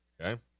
Okay